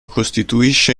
costituisce